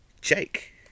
Jake